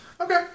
okay